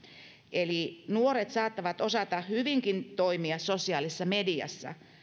eli nuoret saattavat osata hyvinkin toimia sosiaalisessa mediassa